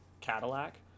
Cadillac